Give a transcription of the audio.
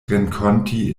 renkonti